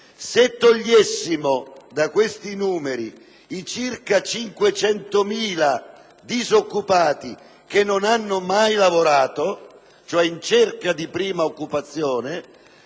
Se togliessimo da questi numeri i circa 500.000 disoccupati che non hanno mai lavorato, coloro cioè che sono in cerca di prima occupazione